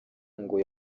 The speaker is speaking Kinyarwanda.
ngo